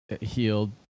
healed